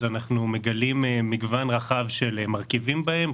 אנחנו מגלים מגוון רחב של מרכיבים בהם.